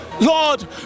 Lord